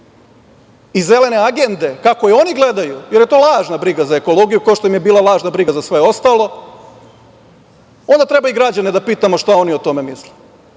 i Zelene agende, kako je oni gledaju, jer je to lažna briga za ekologiju, kao što im je bila lažna briga za sve ostalo, onda treba i građane da pitamo šta oni o tome misle.